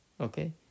Okay